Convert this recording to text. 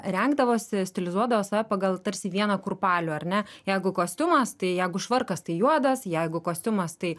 rengdavosi stilizuodavo save pagal tarsi vieną kurpalių ar ne jeigu kostiumas tai jeigu švarkas tai juodas jeigu kostiumas tai